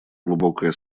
глубокая